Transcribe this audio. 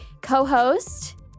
co-host